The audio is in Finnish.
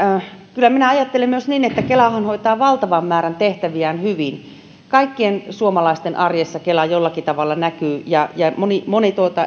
kyllä minä ajattelen myös niin että kelahan hoitaa valtavan määrän tehtäviään hyvin kaikkien suomalaisten arjessa kela jollakin tavalla näkyy ja ja moni moni